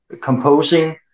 composing